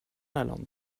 lalande